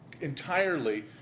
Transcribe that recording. entirely